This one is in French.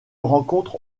rencontre